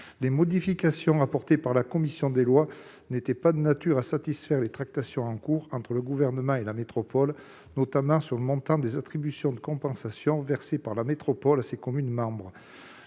Les modifications apportées par la commission des lois n'étaient pas de nature à satisfaire les tractations en cours entre le Gouvernement et la métropole, notamment sur le montant des attributions de compensation versées par la métropole à ses communes membres.